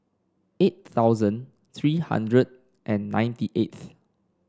eight thousand three hundred and ninety eights